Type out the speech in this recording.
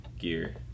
gear